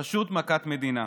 פשוט מכת מדינה.